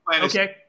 Okay